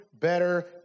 better